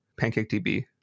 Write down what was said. PancakeDB